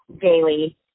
daily